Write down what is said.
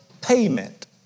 payment